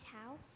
house